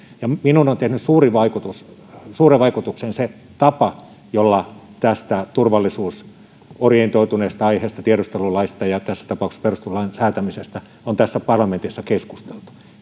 minuun on tehnyt suuren vaikutuksen se tapa jolla tästä turvallisuusorientoituneesta aiheesta tiedustelulaista ja tässä tapauksessa perustuslain säätämisestä on tässä parlamentissa keskusteltu